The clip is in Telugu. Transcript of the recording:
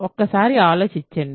ఒక్క సారి ఆలోచించండి